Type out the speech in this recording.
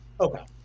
Okay